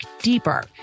deeper